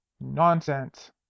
nonsense